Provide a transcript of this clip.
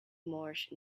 moorish